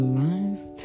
last